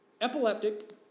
Epileptic